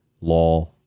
law